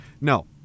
No